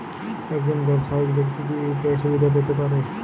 একজন ব্যাবসায়িক ব্যাক্তি কি ইউ.পি.আই সুবিধা পেতে পারে?